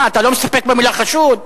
מה, אתה לא מסתפק במלה "חשוד"?